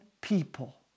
people